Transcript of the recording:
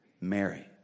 Mary